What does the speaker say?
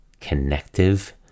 connective